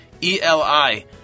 E-L-I